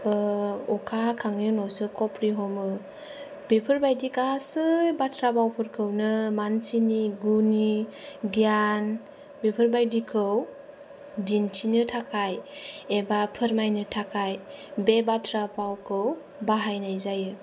अखा हाखांनायनि उनावसो खफ्रि हमो बेफोरबादि गासै बाथ्रा फावफोरखौनो मानसिनि गुननि गियान बेफोरबादिखौ दिन्थिनो थाखाय एबा फोरमायनो थाखाय बे बाथ्रा फावखौ बाहायनाय जायो